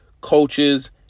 coaches